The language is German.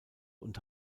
und